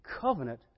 covenant